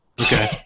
Okay